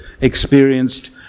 experienced